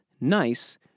nice